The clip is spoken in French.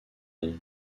nom